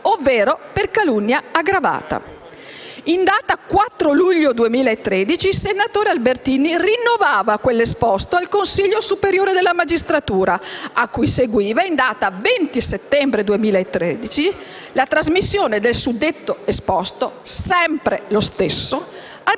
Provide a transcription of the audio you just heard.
ovvero per calunnia aggravata. In data 4 luglio 2013 il senatore Albertini rinnovava l'esposto al Consiglio superiore della magistratura, cui seguiva, in data 20 settembre 2013, la trasmissione del suddetto esposto - sempre lo stesso -